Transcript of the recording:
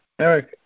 Eric